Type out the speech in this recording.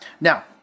Now